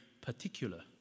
particular